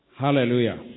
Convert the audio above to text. Hallelujah